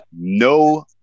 no